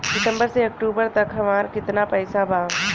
सितंबर से अक्टूबर तक हमार कितना पैसा बा?